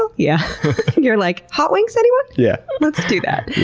so yeah you're like, hot wings, anyone? yeah let's do that!